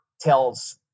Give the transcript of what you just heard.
tells